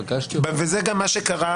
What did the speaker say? וזה גם מה שקרה,